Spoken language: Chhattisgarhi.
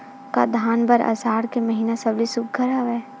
का धान बर आषाढ़ के महिना सबले सुघ्घर हवय?